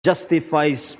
Justifies